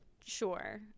Sure